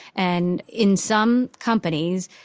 and in some companies,